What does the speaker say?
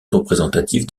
représentative